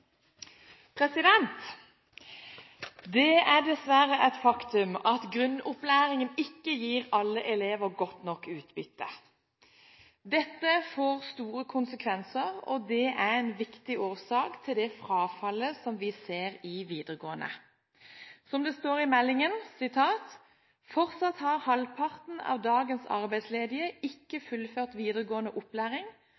det i sitt eget budsjett. Replikkordskiftet er omme. Det er dessverre et faktum at grunnopplæringen ikke gir alle elever godt nok utbytte. Dette får store konsekvenser og er en viktig årsak til det frafallet vi ser i videregående skole. Som det står i meldingen: «Halvparten av dagens arbeidsledige